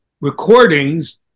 recordings